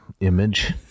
image